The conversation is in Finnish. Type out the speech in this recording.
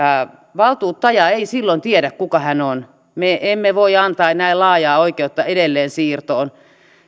valtuuttaja ei silloin tiedä kuka hän on me emme voi antaa näin laajaa oikeutta edelleensiirtoon